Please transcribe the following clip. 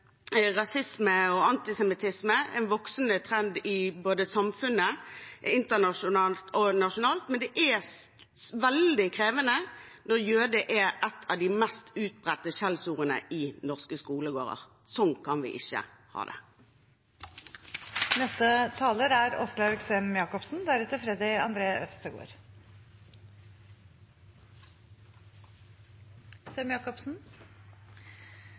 og antisemittisme, en voksende trend både i samfunnet, internasjonalt og nasjonalt. Det er veldig krevende når «jøde» er et av de mest utbredte skjellsordene i norske skolegårder. Slik kan vi ikke ha